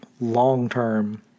long-term